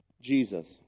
Jesus